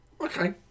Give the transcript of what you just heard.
Okay